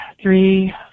three